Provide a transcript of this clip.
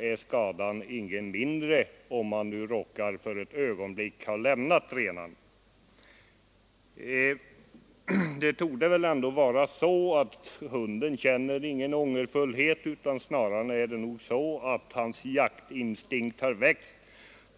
är skadan inte mindre om han råkar för ett ögonblick ha lämnat renarna. Det torde ändå vara så att hunden inte känner någon ånger, snarare är det nog så att hans jaktinstinkt har väckts.